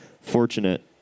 fortunate